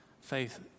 faith